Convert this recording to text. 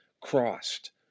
crossed